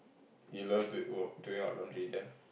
you love do oh doing your laundry then